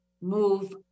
move